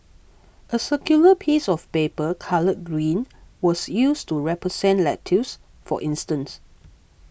a circular piece of paper coloured green was used to represent lettuce for instance